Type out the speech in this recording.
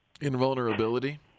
Invulnerability